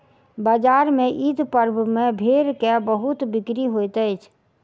बजार में ईद पर्व में भेड़ के बहुत बिक्री होइत अछि